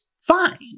fine